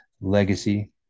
legacy